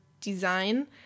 design